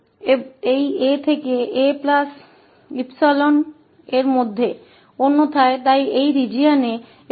अन्यथा तो इस क्षेत्र में और पहले के क्षेत्र में यह 0 है